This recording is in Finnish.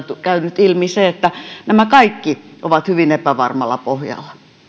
käynyt ilmi se että nämä kaikki ovat hyvin epävarmalla pohjalla